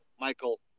Michael